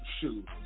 Shoot